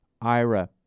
IRA